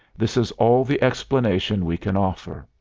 this is all the explanation we can offer.